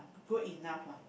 good enough lah